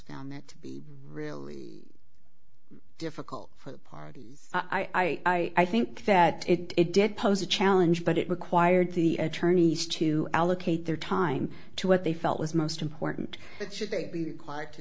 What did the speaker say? found that to be really difficult for the party i i i think that it did pose a challenge but it required the attorneys to allocate their time to what they felt was most important that should they be required to